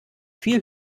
viel